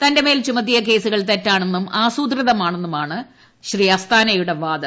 തന്റെ മേൽ ചുമത്തിയ കേസുകൾ തെറ്റാണെന്നും ആസൂത്രിതമാണെന്നുമാണ് അസ്താനയുടെ വാദം